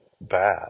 bad